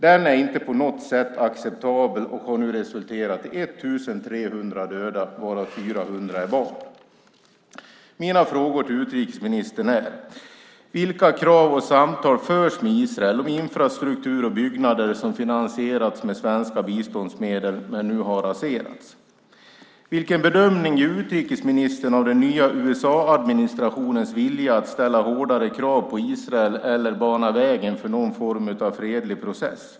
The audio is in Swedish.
Den är inte på något sätt acceptabel och har nu resulterat i 1 300 döda, varav 400 är barn. Mina frågor till utrikesministern är: Vilka krav och samtal förs med Israel om infrastruktur och byggnader som finansierats med svenska biståndsmedel men nu har raserats? Vilken bedömning gör utrikesministern av den nya USA-administrationens vilja att ställa hårdare krav på Israel eller bana vägen för någon form av fredlig process?